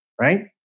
right